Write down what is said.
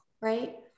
Right